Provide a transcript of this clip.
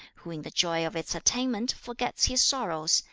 who in the joy of its attainment forgets his sorrows,